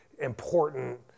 important